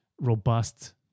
robust